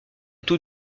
tout